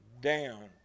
down